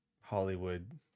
Hollywood